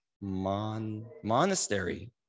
Monastery